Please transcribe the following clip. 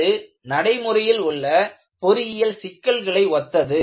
அது நடைமுறையில் உள்ள பொறியியல் சிக்கல்களை ஒத்தது